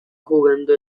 jugando